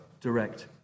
direct